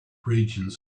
regions